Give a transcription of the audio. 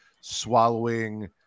swallowing